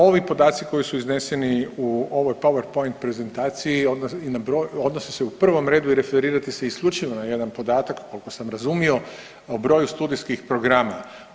Ovi podaci koji su izneseni u ovoj PowerPoint prezentaciji odnose se u prvom redu i referirate se isključivo na jedan podatak koliko sam razumio o broju studijskih programa.